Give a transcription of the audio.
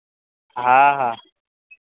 हँ हँ